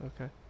Okay